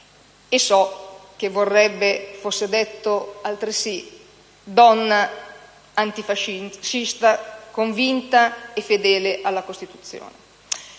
So che vorrebbe fosse ricordata, altresì, come donna antifascista, convinta e fedele alla Costituzione.